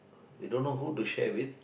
they don't know who to share with